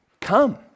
Come